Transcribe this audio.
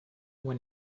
when